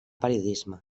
periodisme